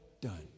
done